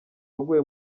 waguye